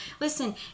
Listen